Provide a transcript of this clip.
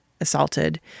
assaulted